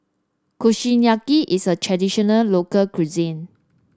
kushiyaki is a traditional local cuisine